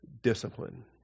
discipline